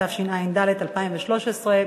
התשע"ד 2013,